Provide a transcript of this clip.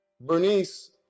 Bernice